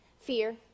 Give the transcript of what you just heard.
Fear